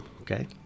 Okay